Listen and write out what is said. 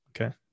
okay